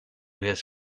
his